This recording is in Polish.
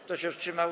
Kto się wstrzymał?